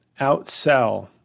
outsell